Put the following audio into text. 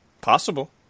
Possible